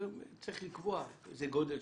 צריך לקבוע איזה גודל,